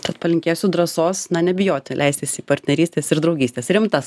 tad palinkėsiu drąsos na nebijoti leistis į partnerystes ir draugystes rimtas